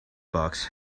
box